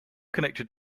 connected